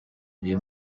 uyu